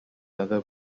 other